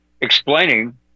explaining